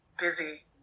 busy